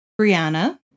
Brianna